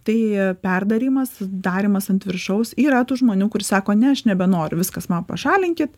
tai perdarymas darymas ant viršaus yra tų žmonių kur sako ne aš nebenoriu viskas man pašalinkit